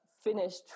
finished